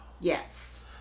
Yes